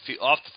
off